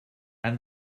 and